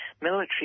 military